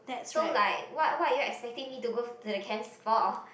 so like what are what are you excepting me to go to the camps for